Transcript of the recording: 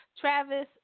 Travis